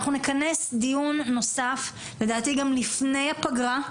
אנחנו נכנס דיון נוסף, לדעתי גם לפני הפגרה,